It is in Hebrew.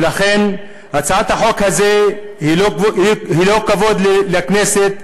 ולכן הצעת החוק הזה היא לא כבוד לכנסת.